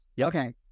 Okay